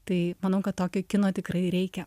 tai manau kad tokio kino tikrai reikia